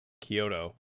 kyoto